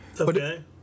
Okay